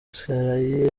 carey